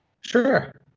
Sure